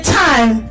time